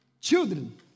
children